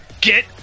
Get